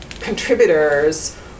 contributors